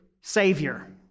savior